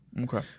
Okay